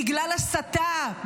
בגלל הסתה,